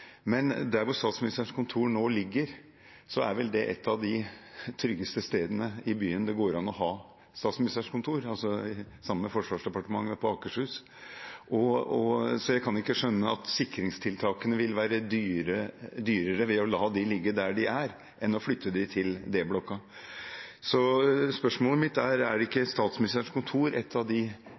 men der Statsministerens kontor nå ligger, er vel et av de tryggeste stedene i byen det går an å ha Statsministerens kontor – det samme som med Forsvarsdepartementet på Akershus – så jeg kan ikke skjønne at sikringstiltakene vil være dyrere ved å la det ligge der det er, enn å flytte det til D-blokka. Spørsmålet mitt er: Er det ikke kostnadsmessig best og riktig å la Statsministerens kontor